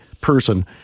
person